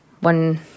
one